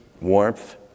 warmth